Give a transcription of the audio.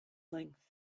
length